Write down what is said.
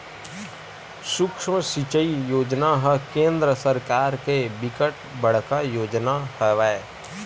सुक्ष्म सिचई योजना ह केंद्र सरकार के बिकट बड़का योजना हवय